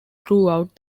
throughout